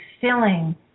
filling